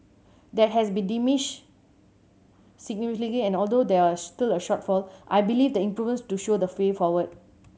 that has diminished significantly and although there still a shortfall I believe the improvements do show the way forward